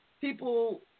people